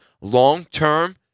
long-term